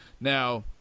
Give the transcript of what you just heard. Now